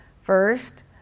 First